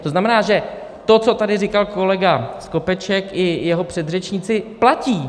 To znamená, že to, co tady říkal kolega Skopeček i jeho předřečníci, platí.